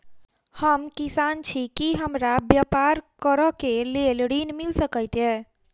हम किसान छी की हमरा ब्यपार करऽ केँ लेल ऋण मिल सकैत ये?